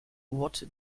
what